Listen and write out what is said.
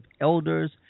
elders